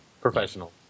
Professional